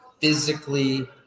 physically